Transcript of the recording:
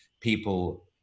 people